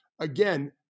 Again